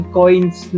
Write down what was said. coins